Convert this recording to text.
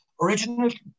Originally